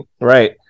right